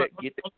get